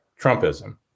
Trumpism